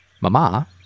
Mama